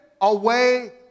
away